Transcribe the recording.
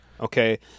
Okay